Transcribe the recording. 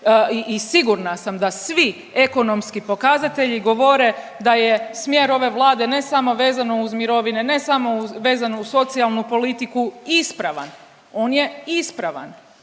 i sigurna sam da svi ekonomski pokazatelji govore da je smjer ove Vlade ne samo vezano uz mirovine, ne samo vezano uz socijalnu politiku ispravan. On je ispravan